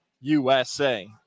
USA